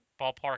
ballpark